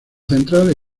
central